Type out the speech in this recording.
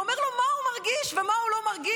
ואומר לו מה הוא מרגיש ומה הוא לא מרגיש,